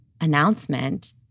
announcement